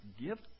gift